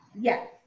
Yes